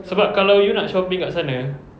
sebab kalau you nak shopping dekat sana